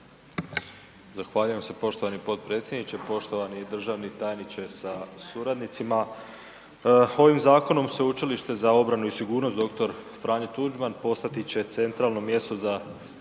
Zahvaljujem se poštovani potpredsjedniče, poštovani državni tajniče sa suradnicima. Ovim zakonom Sveučilište za obranu i sigurnost „Dr. Franjo Tuđman“ postati će centralno mjesto za